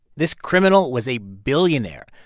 this criminal was a billionaire,